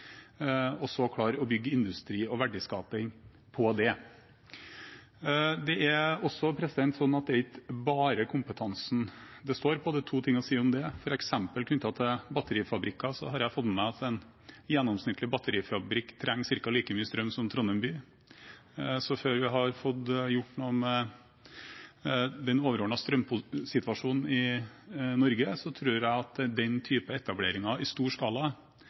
og så klare å bygge industri og verdiskaping på det. Det er også sånn at det ikke bare er kompetansen det står på. Det er to ting å si om det. For eksempel knyttet til batterifabrikker har jeg fått med meg at en gjennomsnittlig batterifabrikk trenger ca. like mye strøm som Trondheim by. Så før vi har fått gjort noe med den overordnede strømsituasjonen i Norge, tror jeg at den typen etableringer i stor skala